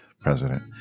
president